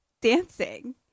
dancing